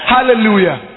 Hallelujah